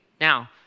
Now